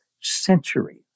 century